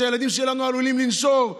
שהילדים שלנו עלולים לנשור.